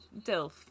Dilf